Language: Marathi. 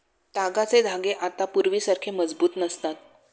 तागाचे धागे आता पूर्वीसारखे मजबूत नसतात